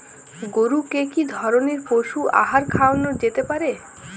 গরু কে কি ধরনের পশু আহার খাওয়ানো যেতে পারে?